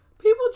People